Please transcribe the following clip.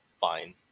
fine